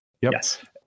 Yes